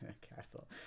castle